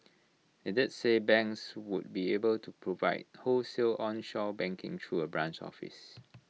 IT did say banks would be able to provide wholesale onshore banking through A branch office